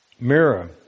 Mirror